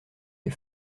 les